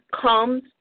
comes